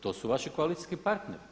To su vaši koalicijski partneri?